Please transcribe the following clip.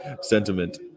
sentiment